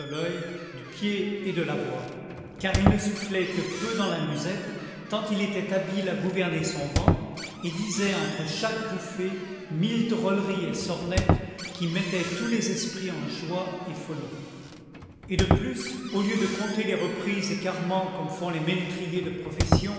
du pied et de la voix car il ne soufflait que peu dans la musette tant il était habile à gouverner son vent et disait entre chaque bouffée mille drôleries et sornettes qui mettaient tous les esprits en joie et folie et de plus au lieu de compter les reprises et carrements comme font les ménétriers de profession